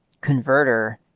converter